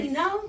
no